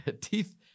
teeth